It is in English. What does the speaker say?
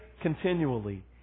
continually